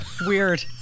weird